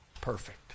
perfect